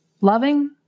loving